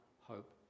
hope